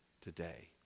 today